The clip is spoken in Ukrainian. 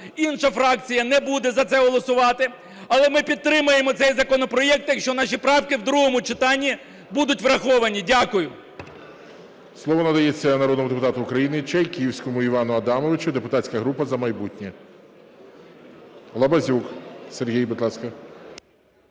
інша фракція не буде за це голосувати. Але ми підтримаємо цей законопроект, якщо наші правки в другому читанні будуть враховані. Дякую. ГОЛОВУЮЧИЙ. Слово надається народному депутату України Чайківському Івану Адамовичу, депутатська група "За майбутнє". Лабазюк Сергій, будь ласка.